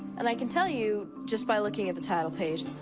and i can tell you, just by looking at the title page,